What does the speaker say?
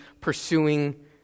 pursuing